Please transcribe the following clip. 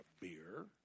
beer